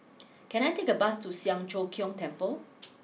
can I take a bus to Siang Cho Keong Temple